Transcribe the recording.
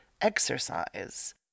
exercise